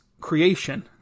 creation